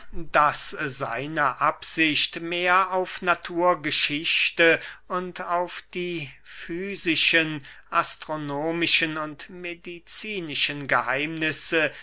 daß seine absicht mehr auf naturgeschichte und auf die fysischen astronomischen und medizinischen geheimnisse